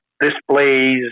displays